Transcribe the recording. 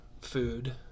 food